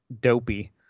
dopey